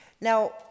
Now